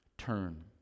turn